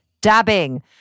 dabbing